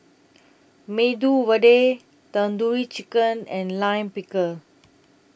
Medu Vada Tandoori Chicken and Lime Pickle